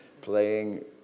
playing